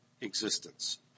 existence